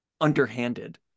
underhanded